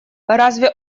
разве